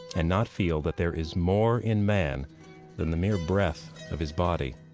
and not feel that there is more in man than the mere breath of his body.